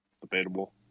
Debatable